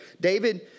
David